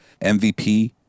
MVP